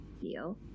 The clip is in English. Feel